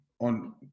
on